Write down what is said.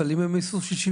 אז מה היה בפרסום שפרסמתם